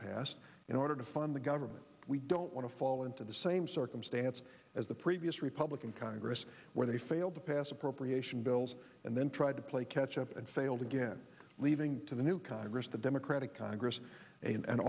passed in order to fund the government we don't want to fall into the same circumstance as the previous republican congress where they failed to pass appropriation bills and then tried to play catch up and failed again leaving to the new congress the democratic congress and an